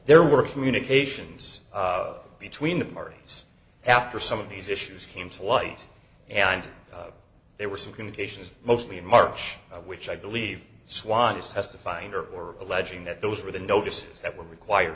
there were communications between the parties after some of these issues came to light and there were some communications mostly in march which i believe swann is testifying or or alleging that those were the notices that were required